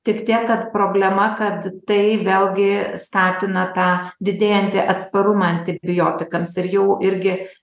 tik tiek kad problema kad tai vėlgi skatina tą didėjantį atsparumą antibiotikams ir jau irgi